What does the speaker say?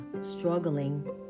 struggling